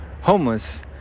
homeless